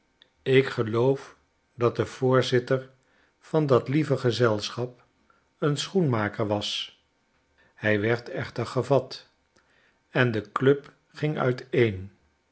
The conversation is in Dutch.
ik geloof dat de voorzitter van dat lieve gezelschap een schoenmaker was hij werd echter gevat en de club ging uiteen